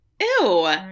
Ew